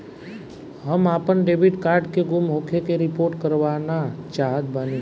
हम आपन debit card के गुम होखे के रिपोर्ट करवाना चाहत बानी